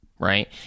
Right